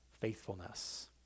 faithfulness